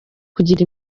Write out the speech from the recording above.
kugira